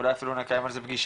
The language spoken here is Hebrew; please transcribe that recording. אולי אפילו נקיים על זה פגישה,